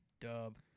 Dub